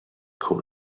call